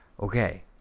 okay